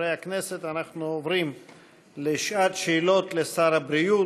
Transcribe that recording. חברי הכנסת, אנחנו עוברים לשעת שאלות לשר הבריאות.